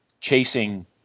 chasing